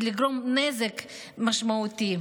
ולגרום נזק משמעותי.